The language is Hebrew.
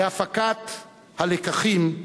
בהפקת הלקחים,